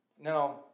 Now